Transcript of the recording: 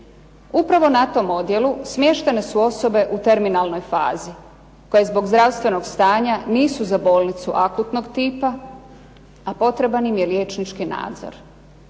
Upravo na tom odjelu smještene su osobe u terminalnoj fazi koje zbog zdravstvenog stanja nisu za bolnicu akutnog tipa, a potreban im je liječnički nadzor.